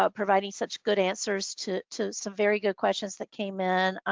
ah providing such good answers to to some very good questions that came in.